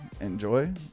enjoy